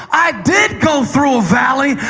i did go through a valley,